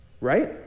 right